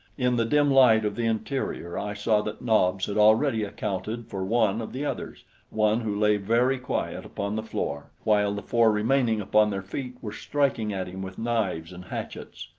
in the dim light of the interior i saw that nobs had already accounted for one of the others one who lay very quiet upon the floor while the four remaining upon their feet were striking at him with knives and hatchets.